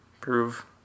prove